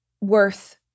worth